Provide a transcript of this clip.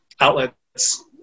outlets